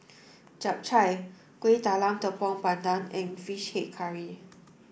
Chap Chai Kuih Talam Tepong Pandan and fish head curry